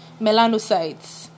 melanocytes